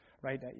Right